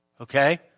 okay